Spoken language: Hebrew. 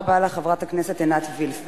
תודה רבה לך, חברת הכנסת עינת וילף.